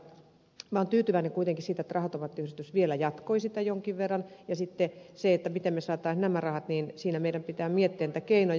minä olen tyytyväinen kuitenkin siitä että raha automaattiyhdistys vielä jatkoi sitä jonkin verran ja sitten siinä miten me saisimme nämä rahat meidän pitää miettiä niitä keinoja